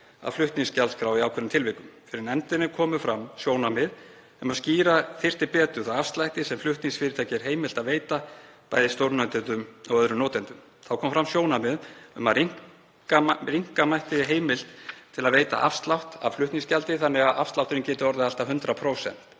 af flutningsgjaldskrá í ákveðnum tilvikum. Fyrir nefndinni komu fram sjónarmið um að skýra þyrfti betur þá afslætti sem flutningsfyrirtæki er heimilt að veita bæði stórnotendum og öðrum notendum. Þá kom fram sjónarmið um að rýmka mætti heimild til að veita afslátt af flutningsgjaldi þannig að afslátturinn gæti orðið allt að 100%,